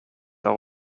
are